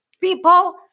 People